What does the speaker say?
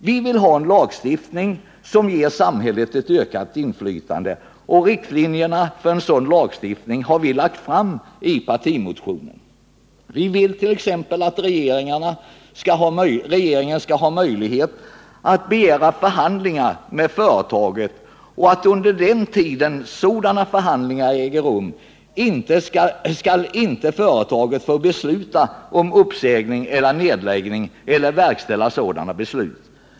Vi vill ha en lagstiftning som ger samhället ett ökat inflytande, och riktlinjerna för en sådan lagstiftning har vi dragit upp i partimotionen. Vi villt.ex. att regeringen skall ha möjlighet att begära förhandlingar med företaget och att företaget, under den tid sådana förhandlingar pågår, inte skall få besluta om uppsägning eller nedläggning och inte heller få verkställa sådana beslut.